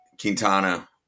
Quintana